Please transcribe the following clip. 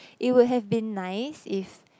it would have been nice if